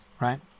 Right